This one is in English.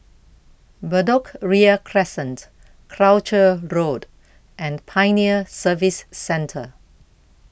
Bedok Ria Crescent Croucher Road and Pioneer Service Centre